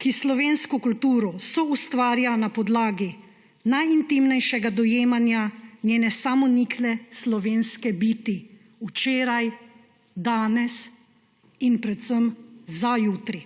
ki slovensko kulturo soustvarja na podlagi najintimnejšega dojemanja njene samonikle slovenske biti: včeraj, danes in predvsem za jutri.